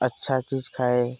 अच्छा चीज खाएँ